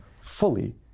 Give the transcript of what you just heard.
fully